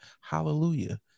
hallelujah